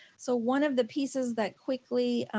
so one of the pieces that quickly,